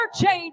change